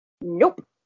Nope